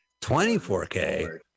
24K